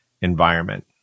environment